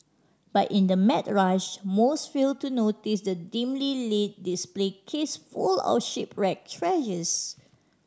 but in the mad rush most fail to notice the dimly lit display case full of shipwreck treasures